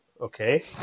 Okay